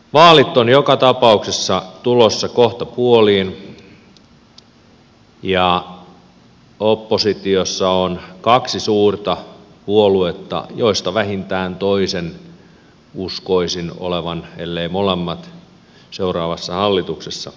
vaalit ovat joka tapauksessa tulossa kohtapuoliin ja oppositiossa on kaksi suurta puoluetta joista vähintään toisen ellei molempien uskoisin olevan seuraavassa hallituksessa